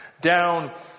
Down